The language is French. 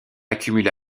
accumule